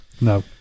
no